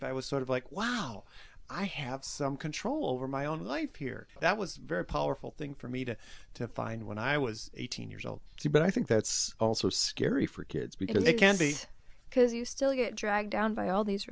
and i was sort of like wow i have some control over my own life here that was very powerful thing for me to define when i was eighteen years old but i think that's also scary for kids because it can be because you still get dragged down by all these